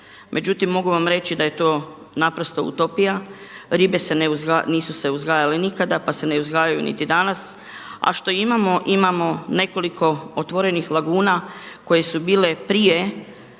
Međutim mogu vam reći da je to naprosto utopija, ribe se nisu uzgajale nikada pa se ne uzgajaju niti danas. A što imamo? Imamo nekoliko otvorenih laguna koje su bile prije